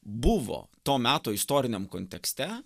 buvo to meto istoriniam kontekste